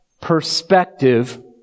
perspective